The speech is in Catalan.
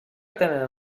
tenen